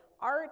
art